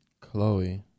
Chloe